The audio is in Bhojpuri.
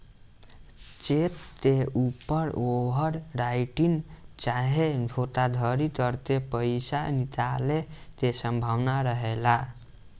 चेक के ऊपर ओवर राइटिंग चाहे धोखाधरी करके पईसा निकाले के संभावना रहेला